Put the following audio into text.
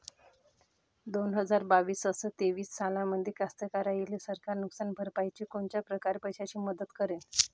दोन हजार बावीस अस तेवीस सालामंदी कास्तकाराइले सरकार नुकसान भरपाईची कोनच्या परकारे पैशाची मदत करेन?